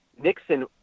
Nixon